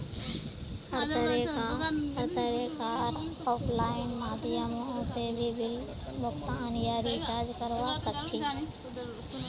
हर तरह कार आफलाइन माध्यमों से भी बिल भुगतान या रीचार्ज करवा सक्छी